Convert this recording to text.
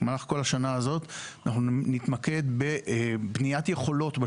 במהלך כל השנה הזאת נתמקד בבניית יכולות של